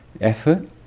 effort